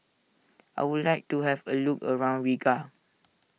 I would like to have a look around Riga